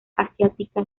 asiática